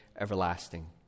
everlasting